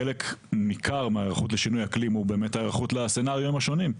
חלק ניכר מההיערכות לשינוי אקלים הוא באמת היערכות לסצנריויים השונים,